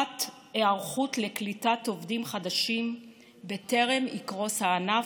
1. היערכות לקליטת עובדים חדשים בטרם יקרוס הענף,